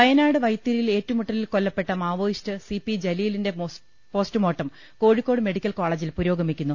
വയനാട് വൈത്തിരിയിൽ ഏറ്റുമുട്ടലിൽ കൊല്ലപ്പെട്ട മാവോ യിസ്റ്റ് സി പി ജലീലിന്റെ പോസ്റ്റുമോർട്ടം കോഴിക്കോട് മെഡി ക്കൽ കോളെജിൽ പുരോഗമിക്കുന്നു